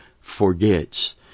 forgets